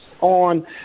on